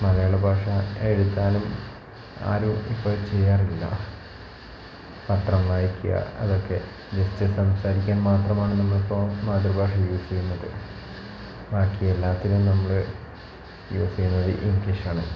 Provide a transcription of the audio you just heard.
മലയാള ഭാഷ എഴുതാനും ആരും ഇപ്പം ചെയ്യാറില്ല പത്രം വായിക്കുക അതൊക്കെ ജെസ്റ്റ് സംസാരിക്കാൻ മാത്രമാണ് നമ്മൾ ഇപ്പോൾ മാതൃഭാഷ യൂസ് ചെയ്യുന്നത് ബാക്കി എല്ലാത്തിനും നമ്മൾ യൂസ് ചെയ്യുന്നത് ഇംഗ്ലീഷാണ്